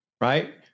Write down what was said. right